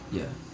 ya